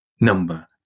number